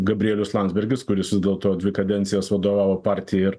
gabrielius landsbergis kuris vis dėlto dvi kadencijas vadovavo partijai ir